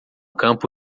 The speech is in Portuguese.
campo